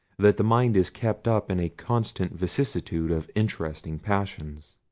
that the mind is kept up in a constant vicissitude of interesting passions.